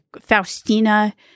Faustina